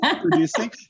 producing